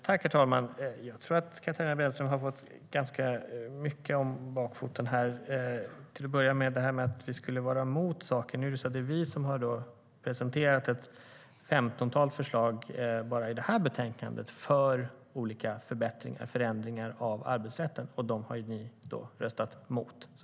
Herr talman! Jag tror att Katarina Brännström har fått ganska mycket om bakfoten. Låt mig börja med hennes påstående att vi skulle vara emot saker. Nu är det ju vi som har presenterat ett femtontal förslag bara i det här betänkandet för olika förbättringar och förändringar av arbetsrätten. Dem har ni röstat emot.